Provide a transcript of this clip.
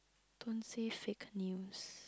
don't say fake news